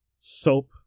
soap